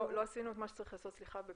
לא עשינו את מה שצריך לעשות, סליחה.